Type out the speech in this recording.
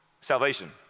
Salvation